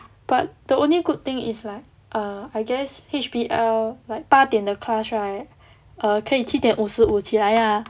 but the only good thing is like err I guess H_B_L like 八点的 class right err 可以七点五十五起来 lah